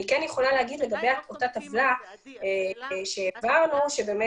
אני יכולה להגיד לגבי אותה טבלה שהעברנו שראינו